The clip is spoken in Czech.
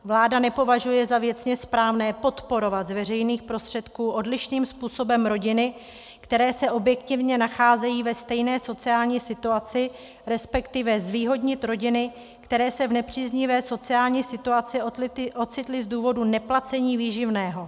Vláda nepovažuje za věcně správné podporovat z veřejných prostředků odlišným způsobem rodiny, které se objektivně nacházejí ve stejné sociální situaci, respektive zvýhodnit rodiny, které se v nepříznivé sociální situaci ocitly z důvodu neplacení výživného.